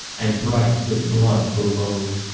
and bright with blood for woad.